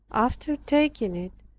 after taking it,